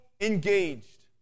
engaged